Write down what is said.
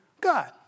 God